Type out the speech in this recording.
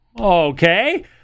Okay